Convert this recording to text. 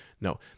No